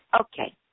Okay